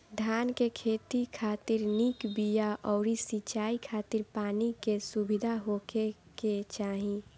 धान के खेती खातिर निक बिया अउरी सिंचाई खातिर पानी के सुविधा होखे के चाही